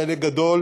חלק גדול